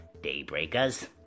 Daybreakers